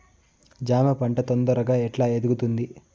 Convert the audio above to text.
జామ పంట తొందరగా ఎట్లా ఎదుగుతుంది?